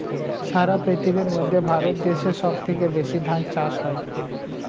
সারা পৃথিবীর মধ্যে ভারত দেশে সব থেকে বেশি ধান চাষ হয়